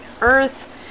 Earth